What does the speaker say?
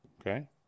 Okay